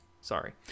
Sorry